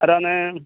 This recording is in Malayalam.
ആരാണ്